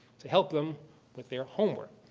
to help them with their home work,